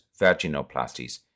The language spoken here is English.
vaginoplasties